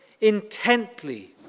intently